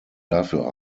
dafür